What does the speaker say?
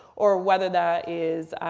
or whether that is